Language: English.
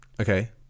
okay